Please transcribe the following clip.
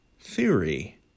theory